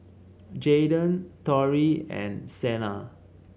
Jaiden Torrie and Sena